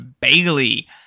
Bailey